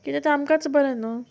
किद्या तें आमकांच बरें न्हू